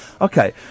okay